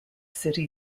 city